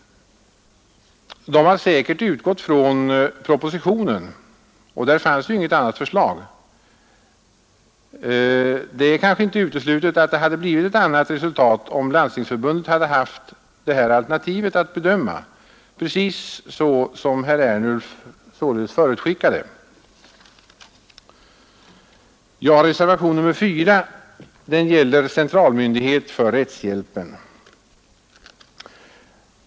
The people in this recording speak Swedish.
De har säkert utgått från propositionen, och där fanns ju inget annat förslag. Det är kanske inte uteslutet att det hade blivit ett annat resultat om Landstingsförbundet hade haft det här alternativet att bedöma, precis så som herr Ernulf förutskickade. Reservationen 4 gäller centralmyndighet för rättshjälpen.